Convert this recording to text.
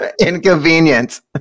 inconvenience